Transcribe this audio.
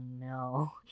no